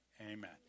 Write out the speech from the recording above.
Amen